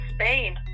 Spain